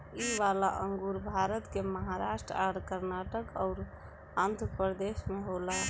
इ वाला अंगूर भारत के महाराष्ट् आ कर्नाटक अउर आँध्रप्रदेश में होला